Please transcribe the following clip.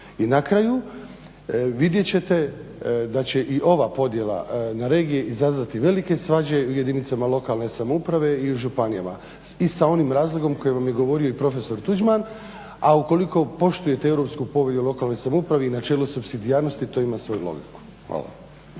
I na kraju, vidjet ćete da će i ova podjela na regije izazvati velike svađa u jedinicama lokalne samouprave i županijama i sa onim razlogom koji vam je govorio i profesor Tuđman, a ukoliko poštujete europsku povelju u lokalnoj samoupravi i načelo supsidijarnosti, to ima svoju logiku. Hvala.